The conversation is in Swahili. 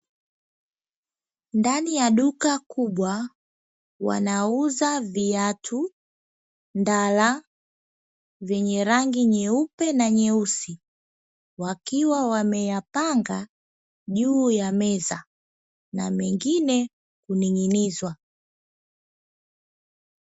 Ndani ya duka kubwa, wanauza viatu, ndala zenye rangi nyeupe na nyeusi. Wakiwa wameyapanga juu ya meza na mengine kuning’inizwa.